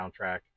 soundtrack